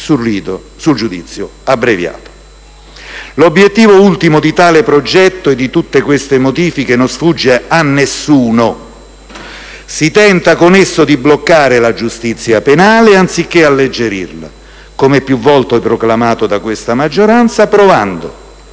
sul giudizio abbreviato. L'obiettivo ultimo di tale progetto e di tutte queste modifiche non sfugge a nessuno: si tenta con esso di bloccare la giustizia penale anziché alleggerirla, come più volte proclamato da questa maggioranza, provando